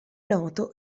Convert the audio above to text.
noto